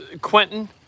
Quentin